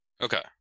okay